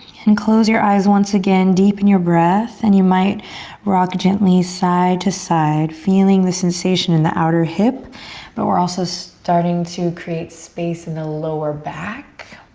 and close your eyes once again, deepen your breath. and you might rock gently side to side, feeling the sensation in the outer hip but we're also starting to create space in the lower back.